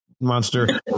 monster